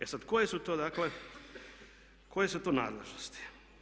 E sada koje su to dakle, koje su to nadležnosti.